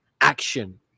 action